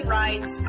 rights